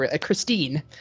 Christine